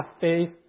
faith